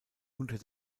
unter